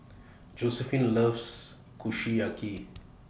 Josiephine loves Kushiyaki